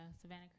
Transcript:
Savannah